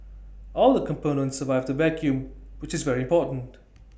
all the components survived the vacuum which is very important